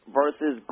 versus